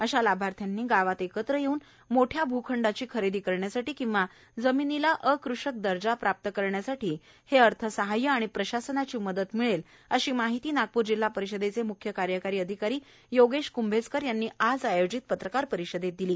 अशा लाभार्थ्यांनी गावात एकत्र येऊन मोठ्या भुखंडाची खरेदी करण्यासाठी किंवा जमीनीला अकृषक दर्जा प्राप्त करण्यासाठी हे अर्थसहाय्य आणि प्रशासनाची मदत मिळेल अशी माहिती नागपूर जिल्हा परिषदेचे मुख्य कार्यकारी अधिकारी योगेश कंभेजकर यांनी आज आयोजित पत्रकार परिषदेत दिली